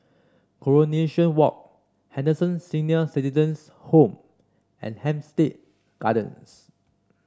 Coronation Walk Henderson Senior Citizens' Home and Hampstead Gardens